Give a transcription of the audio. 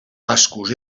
bascos